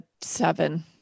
seven